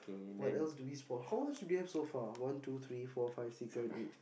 what else do we spot how much do we have so far one two three four five six seven eight